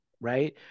right